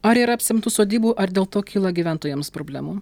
ar yra apsemtų sodybų ar dėl to kyla gyventojams problemų